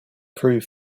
prove